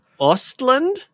Ostland